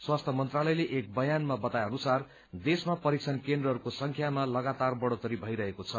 स्वास्थ्य मन्त्रालयले एक बयानमा बताए अनुसार देशमा परीक्षण केन्द्रहस्को संख्यामा लगातार बढ़ोत्तरी भइरहेको छ